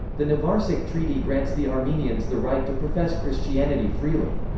the nvarsak treaty grants the armenians the right to profess christianity freely.